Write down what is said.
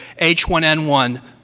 H1N1